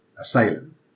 assailant